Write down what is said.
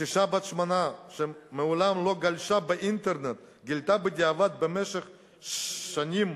קשישה בת 80 שמעולם לא גלשה באינטרנט גילתה בדיעבד שבמשך שנים